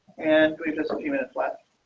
and a few minutes left.